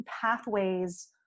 pathways